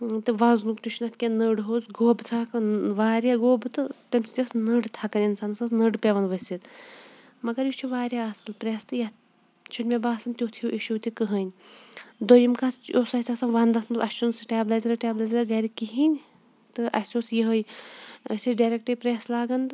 تہٕ وَزنُک تہِ چھُنہٕ اَتھ کینٛہہ نٔر ہُہ اوس گوٚب ترٛکھَن واریاہ گوٚب تہٕ تَمہِ سۭتۍ ٲس نٔر تھَکان اِنسانَس سُہ ٲس نٔر پٮ۪وان ؤسِتھ مگر یہِ چھُ واریاہ اَصٕل پرٛٮ۪س تہٕ یَتھ چھِنہٕ مےٚ باسان تیُتھ ہیوٗ اِشوٗ تہِ کٕہٕنۍ دوٚیُم کَتھ یہِ اوس اَسہِ آسان وَندَس منٛز اَسہِ چھُنہٕ سِٹیبلایزَر وِٹیبلایزَر گَرِ کِہیٖنۍ تہٕ اَسہِ اوس یِہٕے أسۍ ٲسۍ ڈٮ۪رٮ۪کٹَے پرٛٮ۪س لاگان